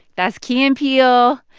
that's key and peele.